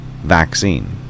vaccine